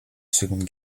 seconde